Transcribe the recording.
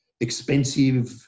expensive